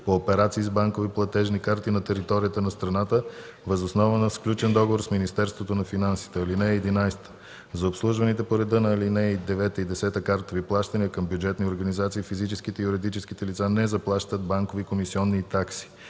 по операции с банкови платежни карти на територията на страната въз основа на сключен договор с Министерството на финансите. (11) За обслужваните по реда на ал. 9 и 10 картови плащания към бюджетни организации физическите и юридическите лица не заплащат банкови комисионни и такси.